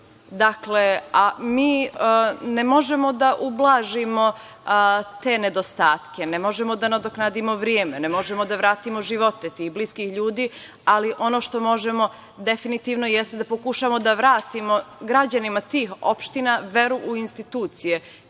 gradovi. Mi ne možemo da ublažimo te nedostatke, ne možemo da nadoknadimo vreme, ne možemo da vratimo živote bliskih ljudi, ali ono što možemo definitivno jeste da pokušamo da vratimo građanima tih opština veru u institucije,